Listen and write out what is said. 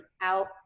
out